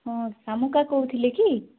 ହଁ ଶାମୁକା କହୁଥିଲେ କି